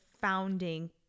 founding